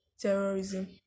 terrorism